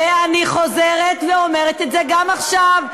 ואני חוזרת ואומרת גם עכשיו,